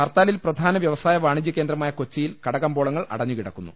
ഹർത്താലിൽ പ്രധാന വ്യവസായ വാണിജ്യ കേന്ദ്രമായ കൊച്ചിയിൽ കടകമ്പോളങ്ങൾ അടഞ്ഞുകിടക്കുന്നു